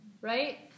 right